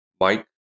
Mike